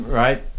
right